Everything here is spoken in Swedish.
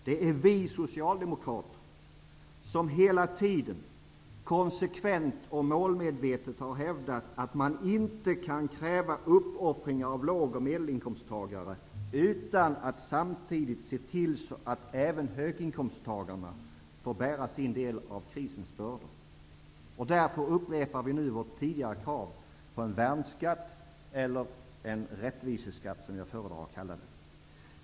Det är vi socialdemokrater som hela tiden konsekvent och målmedvetet har hävdat, att man inte kan kräva uppoffringar av låg och medelinkomsttagare utan att samtidigt se till att även höginkomsttagarna får bära sin del av krisens bördor. Därför upprepar vi nu vårt tidigare krav på en värnsskatt, eller en rättviseskatt, som jag föredrar att kalla den.